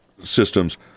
systems